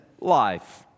life